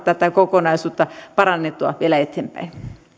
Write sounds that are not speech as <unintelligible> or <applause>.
<unintelligible> tätä kokonaisuutta parannettua vielä eteenpäin